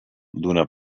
d’una